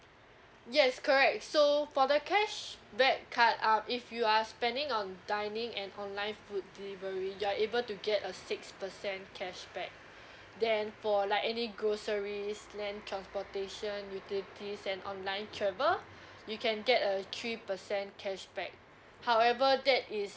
yes correct so for the cashback card um if you are spending on dining and online food delivery you're able to get a six percent cashback then for like any groceries land transportation utilities and online travel you can get a three percent cashback however that is